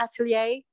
atelier